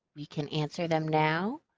we can answer them now.